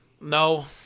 No